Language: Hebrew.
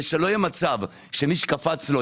כדי שלא יהיה מצב שמי שקפץ לו,